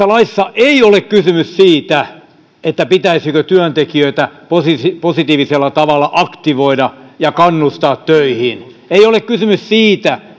laissa ei ole kysymys siitä siitä pitäisikö työntekijöitä positiivisella positiivisella tavalla aktivoida ja kannustaa töihin ei ole kysymys siitä